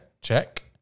Check